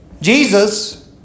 Jesus